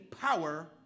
power